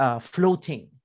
floating